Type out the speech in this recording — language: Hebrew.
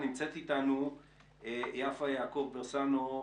נמצאת איתנו יפה יעקב ברסאנו,